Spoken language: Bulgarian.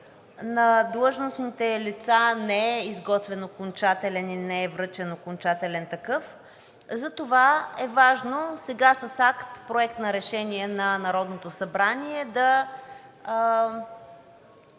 на длъжностните лица не е изготвен окончателен и не е връчен окончателен такъв. Затова е важно сега с акт Проект на решение на Народното събрание може